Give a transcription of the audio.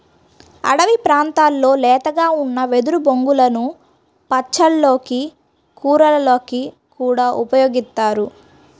అడివి ప్రాంతాల్లో లేతగా ఉన్న వెదురు బొంగులను పచ్చళ్ళకి, కూరలకి కూడా ఉపయోగిత్తారు